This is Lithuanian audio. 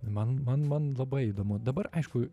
man man man labai įdomu dabar aišku